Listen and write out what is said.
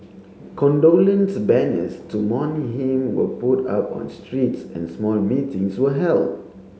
condolence banners to mourn him were put up on streets and small meetings were held